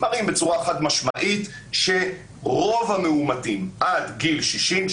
מראים בצורה חד משמעית שרוב המאומתים עד גיל 60,